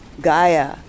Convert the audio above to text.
Gaia